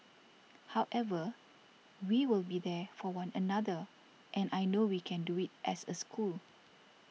however we will be there for one another and I know we can do it as a school